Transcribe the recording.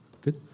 Good